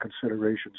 considerations